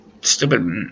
stupid